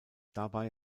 dabei